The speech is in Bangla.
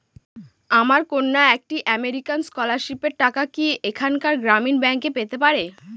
আমার কন্যা একটি আমেরিকান স্কলারশিপের টাকা কি এখানকার গ্রামীণ ব্যাংকে পেতে পারে?